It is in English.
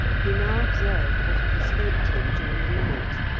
he now observed what had escaped him during the night,